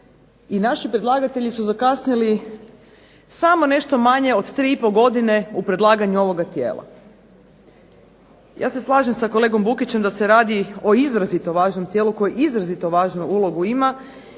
i naši predlagatelji su zakasnili samo nešto manje u tri i pol godine u predlaganju ovog tijela. Ja se slažem sa kolegom Bukićem da se radi o izrazito važnom tijelu koje izrazito važnu ulogu ima